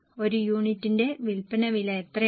ഒരു യൂണിറ്റിന്റെ വിൽപ്പന വില എത്രയാണ്